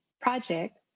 project